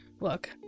look